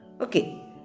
Okay